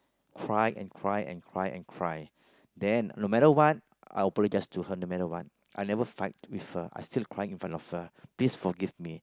cry and cry and cry and cry then no matter what I apologise to her no matter what I never fight with her I still cry in front of her please forgive me